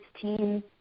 team